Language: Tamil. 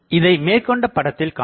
இதை மேற்கண்ட படத்தில்காண்க